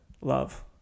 love